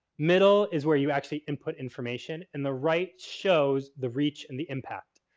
middle is where you actually input information. and the right shows the reach and the impact.